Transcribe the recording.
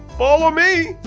follow me!